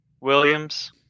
Williams